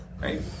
right